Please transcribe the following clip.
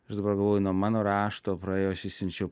aš dabar galvoju nuo mano rašto praėjo aš išsiunčiau